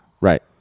Right